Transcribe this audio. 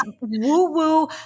woo-woo